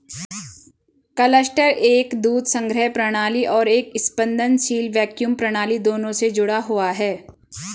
cluster एक दूध संग्रह प्रणाली और एक स्पंदनशील वैक्यूम प्रणाली दोनों से जुड़ा हुआ है